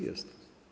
Jest.